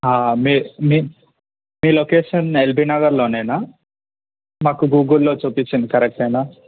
మీ మీ మీ location LB నగర్లోనా మాకు గూగుల్లో చూపించింది కరెక్టేనా